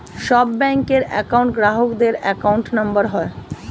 সব ব্যাঙ্কের একউন্ট গ্রাহকদের অ্যাকাউন্ট নম্বর হয়